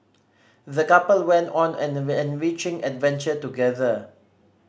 the couple went on an enriching adventure together